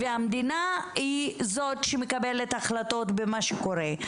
והמדינה היא זו שמקבלת החלטות במה שקורה.